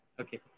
Okay